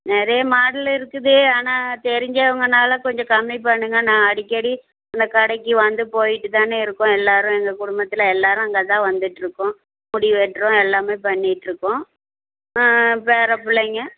நிறைய மாடலு இருக்குது ஆனால் தெரிஞ்சவங்கன்னால கொஞ்சம் கம்மி பண்ணுங்கள் நான் அடிக்கடி இந்த கடைக்கு வந்து போய்ட்டு தானே இருக்கோம் எல்லோரும் எங்கள் குடும்பத்தில் எல்லோரும் அங்கே தான் வந்துட்டுருக்கோம் முடி வெட்டுறோம் எல்லாமே பண்ணிட்டுருக்கோம் பேரப்பிள்ளைங்க